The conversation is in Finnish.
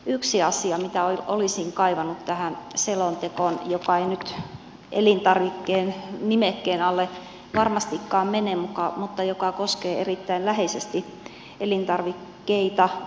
yksi asia mitä olisin kaivannut tähän selontekoon joka ei nyt elintarvikkeen nimekkeen alle varmastikaan mene mutta joka koskee erittäin läheisesti elintarvikkeita on alkoholi